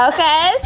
Okay